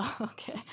okay